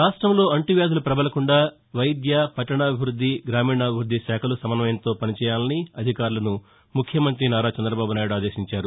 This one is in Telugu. రాష్టంలో అంటు వ్యాధులు ప్రబలకుండా వైద్య పట్టణాభివృద్ధి గ్రామీణాభివృద్ధి శాఖలు సమస్వయంతో పనిచేయాలని అధికారులను ముఖ్యమంతి నారా చంద్రబాబు నాయుడు ఆదేశించారు